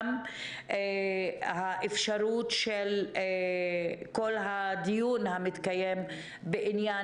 גם האפשרות של כל הדיון המתקיים בעניין